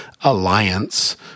alliance